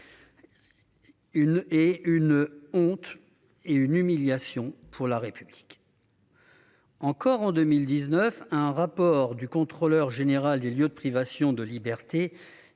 « une honte et une humiliation pour la République ». En 2019, un rapport du Contrôleur général des lieux de privation de liberté